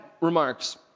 remarks